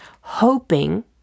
hoping